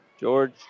George